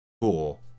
cool